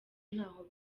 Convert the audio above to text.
ntaho